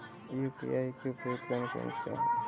UPI के उपयोग कौन कौन से हैं?